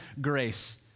grace